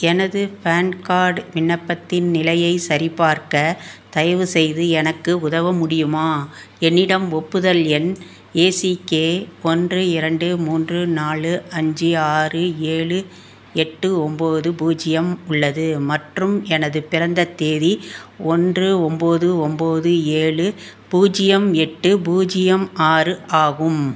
எனது PAN card விண்ணப்பத்தின் நிலையை சரிபார்க்க தயவுசெய்து எனக்கு உதவ முடியுமா என்னிடம் ஒப்புதல் எண் ஏசிகே ஒன்று இரண்டு மூன்று நாலு அஞ்சு ஆறு ஏழு எட்டு ஒன்போது பூஜ்ஜியம் உள்ளது மற்றும் எனது பிறந்த தேதி ஒன்று ஒன்போது ஒன்போது ஏழு பூஜ்ஜியம் எட்டு பூஜ்ஜியம் ஆறு ஆகும்